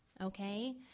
okay